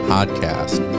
Podcast